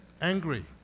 angry